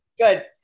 Good